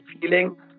feeling